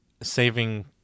saving